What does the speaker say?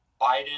Biden